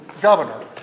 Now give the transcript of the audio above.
governor